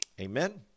Amen